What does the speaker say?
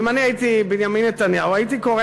אם אני הייתי בנימין נתניהו הייתי קורא